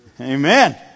Amen